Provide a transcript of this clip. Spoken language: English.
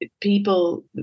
people